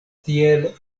tiel